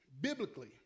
Biblically